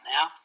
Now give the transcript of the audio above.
now